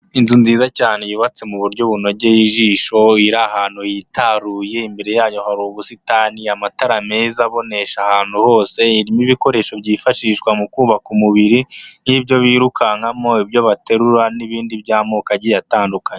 Inzu nziza cyane yubatse mu buryo bunogeye ijisho, iri ahantu yitaruye, imbere yayo hari ubusitani, amatara meza abonesha ahantu hose, irimo ibikoresho byifashishwa mu kubaka umubiri, nk'ibyo birukankamo, ibyo baterura n'ibindi by'amoko agiye atandukanye.